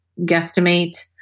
guesstimate